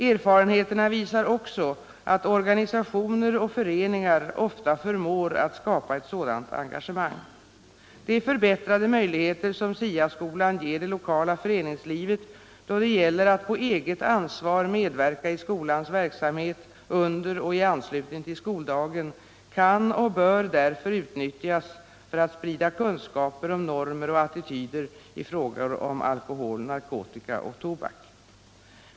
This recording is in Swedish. Erfarenheterna visar också att organisationer och föreningar ofta förmår att skapa ett sådant engagemang. De förbättrade möjligheter som STA skolan ger det lokala föreningslivet då det gäller att på eget ansvar medverka i skolans verksamhet under och i anslutning till skoldagen kan och bör därför utnyttjas för att sprida kunskaper om normer och attityder i frågor om alkohol, narkotika och tobak.